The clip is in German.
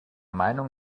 meinung